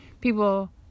people